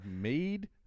made